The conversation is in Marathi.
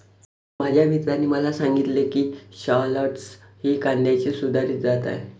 माझ्या मित्राने मला सांगितले की शालॉट्स ही कांद्याची सुधारित जात आहे